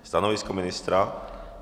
Stanovisko ministra?